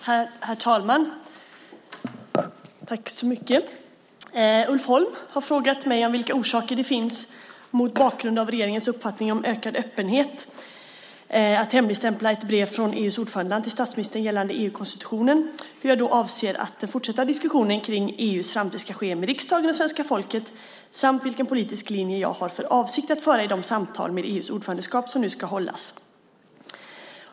Herr talman! Ulf Holm har frågat mig vilka orsaker det finns - mot bakgrund av regeringens uppfattning om ökad öppenhet - att hemligstämpla ett brev från EU:s ordförandeland till statsministern gällande EU-konstitutionen, hur jag avser att den fortsatta diskussionen kring EU:s framtid ska ske med riksdagen och svenska folket samt vilken politisk linje jag har för avsikt att föra i de samtal med EU:s ordförandeskap som nu ska hållas.